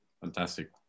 Fantastic